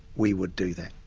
we would do that.